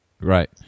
Right